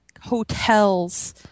hotels